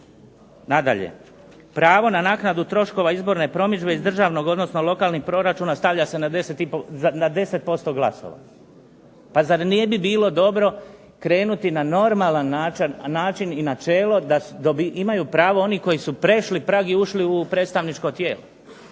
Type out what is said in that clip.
Nadalje, pravo na naknadu troškova izborne promidžbe iz državnog odnosno lokalnih proračuna stavlja se na 10% glasova. Pa zar ne bi bilo dobro krenuti na normalan način i načelo da imaju pravo oni koji su prešli prag i ušli u predstavničko tijelo?